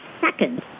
second